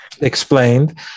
explained